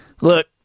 look